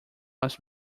was